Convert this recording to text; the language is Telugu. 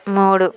మూడు